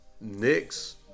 Knicks